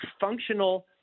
functional